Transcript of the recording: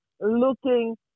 looking